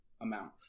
amount